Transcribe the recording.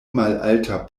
malalta